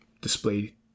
display